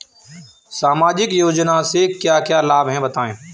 सामाजिक योजना से क्या क्या लाभ हैं बताएँ?